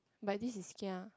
but this is kia